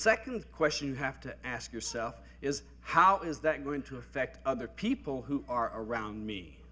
second question you have to ask yourself is how is that going to affect other people who are around me